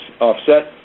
offset